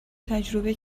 تجربه